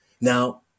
Now